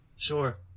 Sure